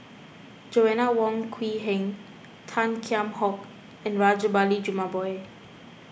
Joanna Wong Quee Heng Tan Kheam Hock and Rajabali Jumabhoy